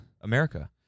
America